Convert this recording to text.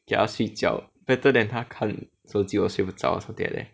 给他睡觉 better than 他看手机我睡不着 something like that